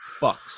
Bucks